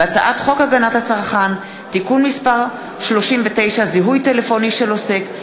והצעת חוק הגנת הצרכן (תיקון מס' 39) (זיהוי טלפוני של עוסק),